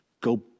go